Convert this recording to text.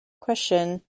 question